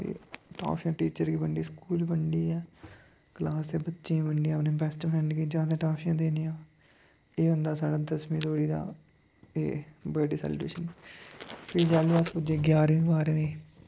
ते टॉफिया टीचर गी बंडियै स्कूल बंडियां क्लास दे बच्चें गी बंडियां अपने बैस्ट फ्रैंड गी ज्यादा टाफियां देनियां एह् होंदा साढ़ा दसमीं धोड़ी दा एह् बडे सैलीव्रेशन फ्ही जेल्लै अस पुज्जे ग्याह्रमीं बाहा्रमीं